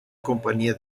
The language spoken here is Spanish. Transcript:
compañía